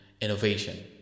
innovation